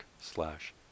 slash